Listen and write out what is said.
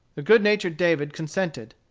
the good-natured david consented.